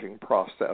process